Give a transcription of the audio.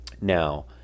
now